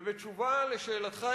ובתשובה על שאלתך,